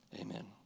Amen